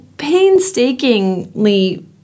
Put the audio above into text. Painstakingly